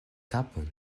kapon